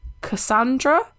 Cassandra